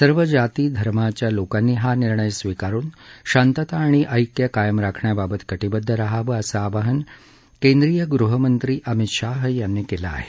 सर्व जाती धर्मांच्या लोकांनी हा निर्णय स्वीकारून शांतता आणि ऐक्य कायम राखण्याबाबत कटीबद्ध रहावं असं आवाहन केंद्रीय गृहमंत्री अमित शाह यांनी केलं आहे